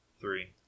Three